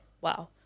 Wow